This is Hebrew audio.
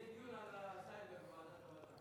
יהיה דיון על הסייבר בוועדת המדע.